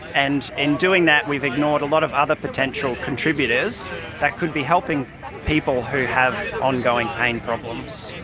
and in doing that we've ignored a lot of other potential contributors that could be helping people who have ongoing pain problems.